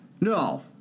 No